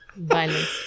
Violence